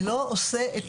ולא עושה את